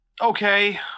okay